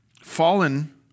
fallen